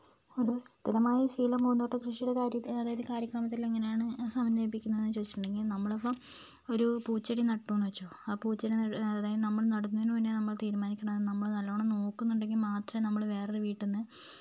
ഒരു സ്ഥിരമായി ശീലം പൂന്തോട്ട കൃഷിയുടെ കാര്യത്തിൽ അതായത് കാര്യക്രമത്തിലെങ്ങനെയാണ് സമന്വയിപ്പിക്കുന്നത് എന്ന് ചോദിച്ചിട്ടുണ്ടെങ്കിൽ നമ്മളിപ്പം ഒരു പൂച്ചെടി നട്ടു എന്ന് വെച്ചോ ആ പൂച്ചെടി നടു അതായത് നമ്മൾ നടുന്നതിനു മുന്നേ നമ്മൾ തീരുമാനിക്കണം നമ്മൾ നല്ലോണം നോക്കുന്നുണ്ടെങ്കിൽ മാത്രമേ നമ്മള് വേറൊരു വീട്ടിൽ നിന്ന്